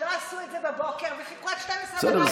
שלא עשו את זה בבוקר, וחיכו עד 24:00 בסדר.